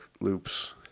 loops